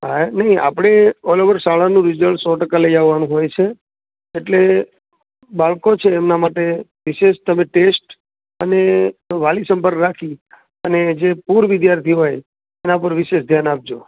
હાંએ નઇ આપણે ઓલોવેર શાળાનું રિઝલ્ટ સો ટકા લઈ આવવાનું હોય છે એટલે બાળકો છે એમનામાં તે વિશેષ તમે ટેસ્ટ અમે વાલી સંભાળ રાખ અને જે પૂર વિદ્યાર્થી હોય એના વિશેષ ધ્યાન આપજો